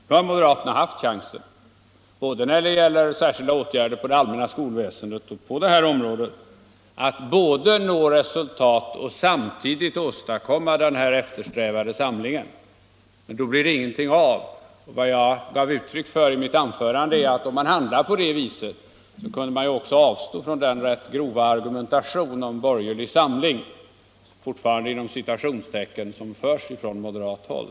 Nu har moderaterna haft chansen, både när det gäller särskilda åtgärder inom det allmänna skolväsendet och på det här området, att nå resultat och samtidigt åstadkomma den eftersträvade samlingen, men då blir det ingenting av. Vad jag gav uttryck för i mitt anförande var tanken att om man handlar på det viset, kan man också avstå från den rätt grova argumentation om ” borgerlig samling” — fortfarande inom citationstecken — som förs från moderat håll.